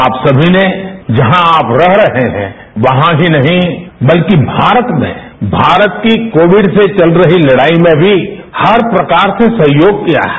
आप सभी ने जहां आप रह रहे हैं वहां ही नहीं बल्कि भारत में भारत की कोविड से चल रही लड़ाई में भी हर प्रकार से सहयोग किया है